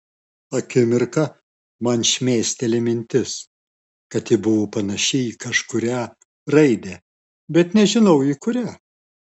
akimirką man šmėsteli mintis kad ji buvo panaši į kažkurią raidę bet nežinau į kurią